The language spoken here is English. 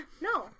No